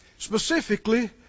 Specifically